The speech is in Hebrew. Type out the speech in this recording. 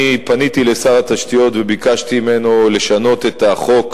אני פניתי לשר התשתיות וביקשתי ממנו לשנות את החוק,